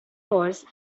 horse